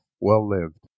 well-lived